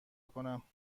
کنم